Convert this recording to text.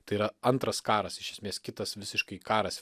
tai yra antras karas iš esmės kitas visiškai karas